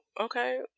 Okay